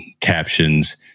Captions